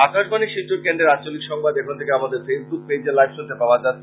আকাশবাণী শিলচর কেন্দ্রের আঞ্চলিক সংবাদ এখন থেকে আমাদের ফেইসবুক পেজে লাইভ শুনতে পাওয়া যাচ্ছে